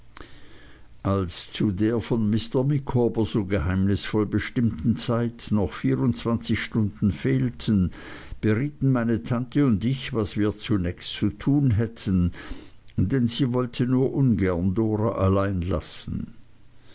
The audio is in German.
als zu der von mr micawber so geheimnisvoll bestimmten zeit noch vierundzwanzig stunden fehlten berieten meine tante und ich was wir zunächst zu tun hätten denn sie wollte nur ungern dora allein lassen